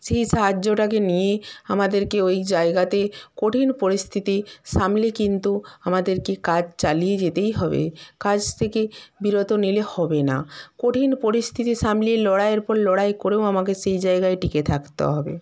সেই সাহায্যটাকে নিয়েই আমাদেরকে ওই জায়গাতে কঠিন পরিস্থিতি সামলে কিন্তু আমাদেরকে কাজ চালিয়ে যেতেই হবে কাজ থেকে বিরতি নিলে হবে না কঠিন পরিস্থিতি সামলিয়ে লড়াইয়ের পর লড়াই করেও আমাকে সেই জায়গায় টিকে থাকতে হবে